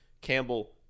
Campbell